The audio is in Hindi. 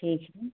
ठीक है